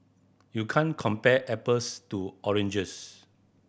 you can't compare apples to oranges